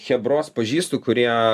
chebros pažįstu kurie